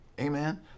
Amen